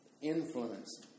influence